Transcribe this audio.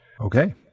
Okay